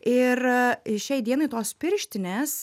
ir a šiai dienai tos pirštinės